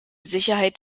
sicherheit